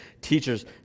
teachers